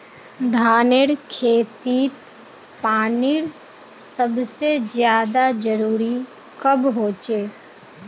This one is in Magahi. धानेर खेतीत पानीर सबसे ज्यादा जरुरी कब होचे?